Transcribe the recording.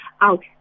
out